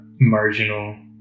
marginal